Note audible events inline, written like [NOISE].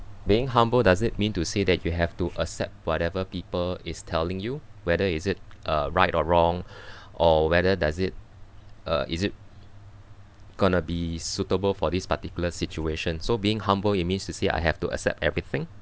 being humble does it mean to say that you have to accept whatever people is telling you whether is it uh right or wrong [BREATH] or whether does it uh is it going to be suitable for this particular situation so being humble it means to say I have to accept everything